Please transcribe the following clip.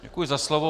Děkuji za slovo.